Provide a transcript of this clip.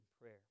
prayer